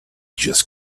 just